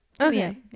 Okay